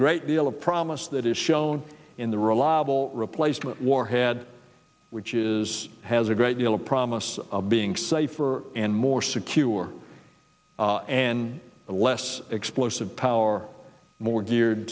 great deal of promise that is shown in the reliable replacement warhead which is has a great deal of promise of being safer and more secure and less explosive power more geared